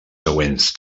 següents